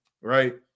right